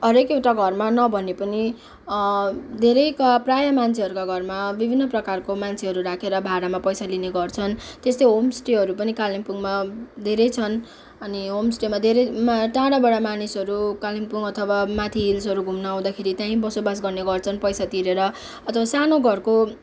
हरेक एउटा घरमा नभने पनि धेरै प्राय मान्छेहरूको घरमा विभिन्न प्रकारको मान्छेहरू राखेर भाडामा पैसा लिने गर्छन् त्यस्तै होमस्टेहरू पनि कालिम्पोङमा धेरै छन् अनि होमस्टेमा धेरै टाढाबाट मानिसहरू कालिम्पोङ अथवा माथि हिल्सहरू घुम्न आउँदाखेरि त्यहीँ बसोबासो गर्ने गर्छन् पैसा तिरेर अथवा सानो घरको